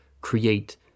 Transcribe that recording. create